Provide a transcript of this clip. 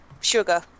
Sugar